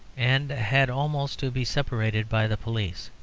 and had almost to be separated by the police.